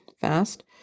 fast